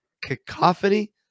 cacophony